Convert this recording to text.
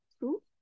two